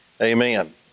amen